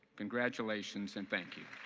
congratulations and thank you.